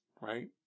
right